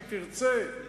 אם תרצה,